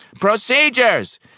Procedures